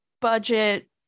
budget